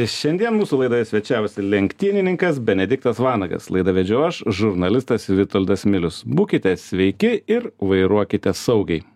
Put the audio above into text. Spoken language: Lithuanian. šiandien mūsų laidoje svečiavosi lenktynininkas benediktas vanagas laidą vedžiau aš žurnalistas vitoldas milius būkite sveiki ir vairuokite saugiai